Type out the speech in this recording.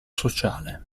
sociale